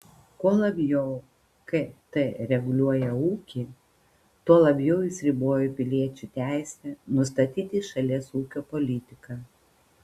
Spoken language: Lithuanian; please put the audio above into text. kuo labiau kt reguliuoja ūkį tuo labiau jis riboja piliečių teisę nustatyti šalies ūkio politiką